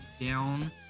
down